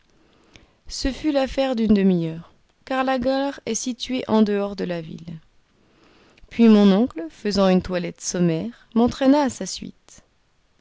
ce fut l'affaire d'une demi-heure car la gare est située en dehors de la ville puis mon oncle faisant une toilette sommaire m'entraîna à sa suite